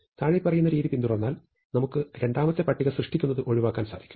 താഴെ പറയുന്ന രീതി പിന്തുടർന്നാൽ നമുക്ക് രണ്ടാമത്തെ പട്ടിക സൃഷ്ടിക്കുന്നത് ഒഴിവാക്കാൻ സാധിക്കും